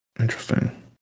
interesting